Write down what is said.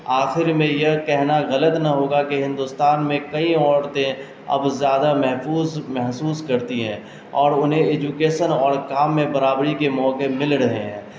آخر میں یہ کہنا غلط نہ ہوگا کہ ہندوستان میں کئی عورتیں اب زیادہ محفوظ محسوس کرتی ہیں اور انہیں ایجوکیسن اور کام میں برابری کے موقعے مل رہے ہیں